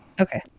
Okay